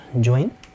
join